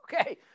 Okay